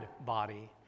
body